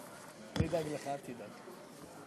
לא תרצה לראות אותי יותר.